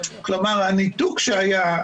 כלומר הניתוק שהיה,